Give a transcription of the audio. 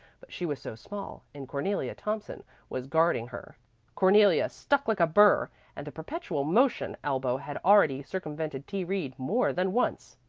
but she was so small, and cornelia thompson was guarding her cornelia stuck like a burr, and the perpetual motion elbow had already circumvented t. reed more than once.